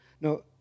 No